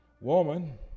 woman